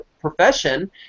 profession